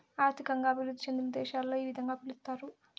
ఆర్థికంగా అభివృద్ధి చెందిన దేశాలలో ఈ విధంగా పిలుస్తారు